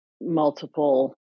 multiple